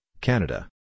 Canada